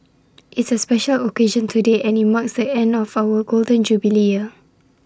it's A special occasion today and IT marks the end of our Golden Jubilee year